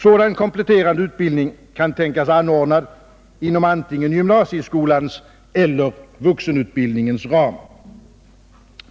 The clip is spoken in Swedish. Sådan kompletterande utbildning kan tänkas anordnad antingen inom gymnasieskolans eller inom vuxenutbildningens ram.